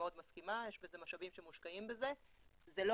אני מאוד מסכימה,